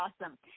awesome